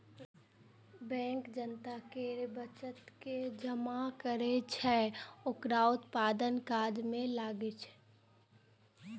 bank जनता केर बचत के जमा करै छै आ ओकरा उत्पादक काज मे लगबै छै